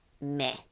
meh